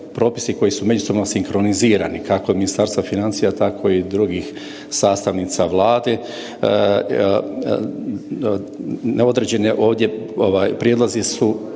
koji su međusobno sinkronizirani kako Ministarstva financija tako i drugih sastavnica Vlade. Određeni ovdje prijedlozi su